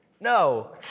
No